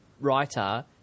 writer